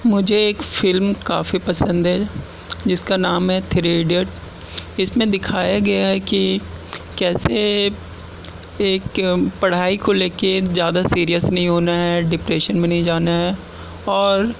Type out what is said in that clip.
مجھے ایک فلم کافی پسند ہے جس کا نام ہے تھری ایڈیٹ اس میں دکھایا گیا ہے کہ کیسے ایک ایک پڑھائی کو لے کے زیادہ سیریس نہیں ہونا ہے ڈپریشن میں نہیں جانا ہے اور